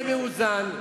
זה מאוזן,